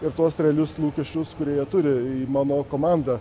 ir tuos realius lūkesčius kurie turi mano komanda